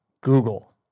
Google